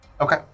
Okay